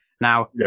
Now